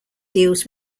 deals